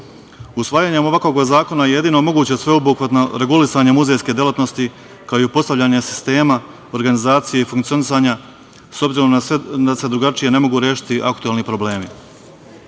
baštinu. Usvajanjem ovakvog zakona omogućeno je sveobuhvatno regulisanje muzejske delatnosti, kao i uspostavljanje sistema, organizacije i funkcionisanja, s obzirom da se drugačije ne mogu rešiti aktuelni problemi. Najveći